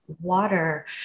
water